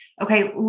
okay